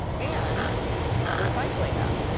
and recycling them.